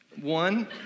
One